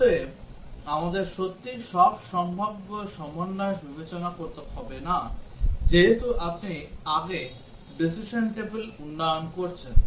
অতএব আমাদের সত্যিই সব সম্ভাব্য সমন্বয় বিবেচনা করতে হবে না যেহেতু আপনি আগে decision table উন্নয়ন করছেন